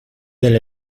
del